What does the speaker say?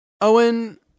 Owen